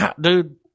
Dude